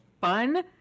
fun